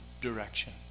direction